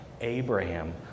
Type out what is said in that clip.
Abraham